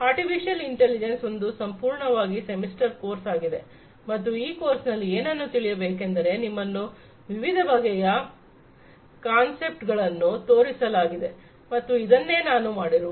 artificial intelligence ಒಂದು ಸಂಪೂರ್ಣವಾದ semester course ಆಗಿದೆ ಮತ್ತು ಈ ಕೋರ್ಸ್ನಲ್ಲಿ ಏನನ್ನು ತಿಳಿಯಬೇಕೆಂದರೆ ನಿಮ್ಮನ್ನು ವಿವಿಧ ಬಗೆಯ ಕಾನ್ಸೆಪ್ಟ್ ಗಳನ್ನು ತೋರಿಸಲಾಗಿದೆ ಮತ್ತು ಇದನ್ನೇ ನಾನು ಮಾಡಿರುವುದು